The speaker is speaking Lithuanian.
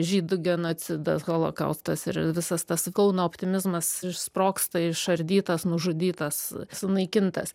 žydų genocidas holokaustas ir visas tas kauno optimizmas išsprogsta išardytas nužudytas sunaikintas